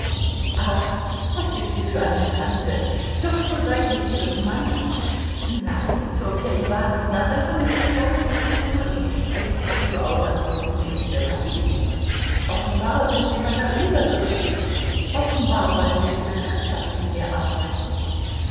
ach was ist sie für eine tante doch nur seitens ihres mannes nein ssofja iwanowna davon will ich gar nichts hören es sieht so aus als wollten sie mich beleidigen offenbar sind sie meiner überdrüssig offenbar wollen sie die bekanntschaft mit mir abbrechen